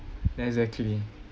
exactly